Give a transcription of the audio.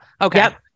Okay